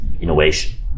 innovation